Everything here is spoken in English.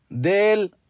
del